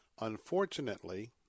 Unfortunately